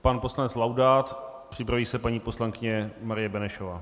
Pan poslanec Laudát, připraví se paní poslankyně Marie Benešová.